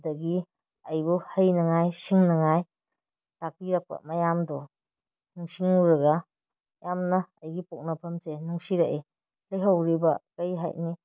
ꯑꯗꯨꯗꯒꯤ ꯑꯩꯕꯨ ꯍꯩꯅꯉꯥꯏ ꯁꯤꯡꯅꯉꯥꯏ ꯇꯥꯛꯄꯤꯔꯛꯄ ꯃꯌꯥꯝꯗꯣ ꯅꯤꯡꯁꯤꯡꯉꯨꯔꯒ ꯌꯥꯝꯅ ꯑꯩꯒꯤ ꯄꯣꯛꯅꯐꯝꯁꯦ ꯅꯨꯡꯁꯤꯔꯛꯏ ꯂꯩꯍꯧꯔꯤꯕ ꯀꯔꯤ ꯍꯥꯏꯅꯤ